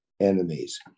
enemies